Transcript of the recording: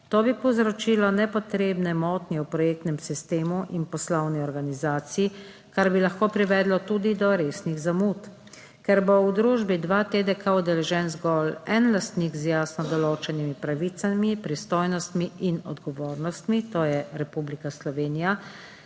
To bi povzročilo nepotrebne motnje v projektnem sistemu in poslovni organizaciji, kar bi lahko privedlo tudi do resnih zamud. Ker bo v družbi 2TDK udeležen zgolj en lastnik z jasno določenimi pravicami, pristojnostmi in odgovornostmi, to je Republika Slovenija,